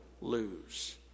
lose